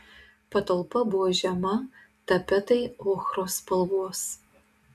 patalpa buvo žema tapetai ochros spalvos